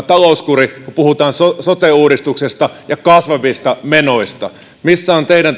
talouskuri kun puhutaan sote uudistuksesta ja kasvavista menoista missä on teidän